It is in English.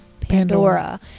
Pandora